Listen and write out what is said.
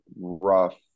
rough